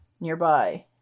nearby